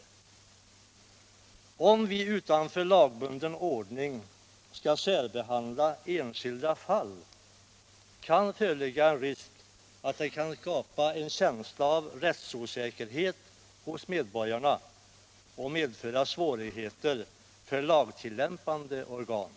23 Om vi utanför lagbunden ordning skall särbehandla enskilda fall, kan det föreligga en risk att det kan skapa en känsla av rättsosäkerhet hos medborgarna och medföra svårigheter för lagtillämpande organ.